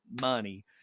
money